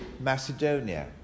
Macedonia